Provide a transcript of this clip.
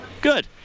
Good